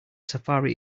safari